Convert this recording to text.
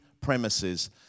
premises